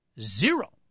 zero